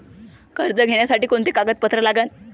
कर्ज घ्यासाठी कोनचे कागदपत्र लागते?